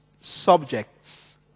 subjects